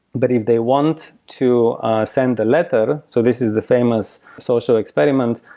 but if they want to send a letter so this is the famous social experiment.